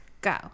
Go